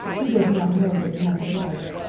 he does not know that he has a wife.